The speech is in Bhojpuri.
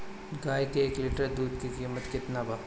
गाय के एक लिटर दूध के कीमत केतना बा?